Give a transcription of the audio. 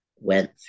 went